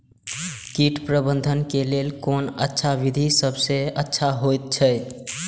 कीट प्रबंधन के लेल कोन अच्छा विधि सबसँ अच्छा होयत अछि?